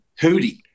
hootie